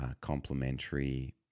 complementary